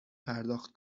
پرداخت